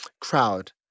crowd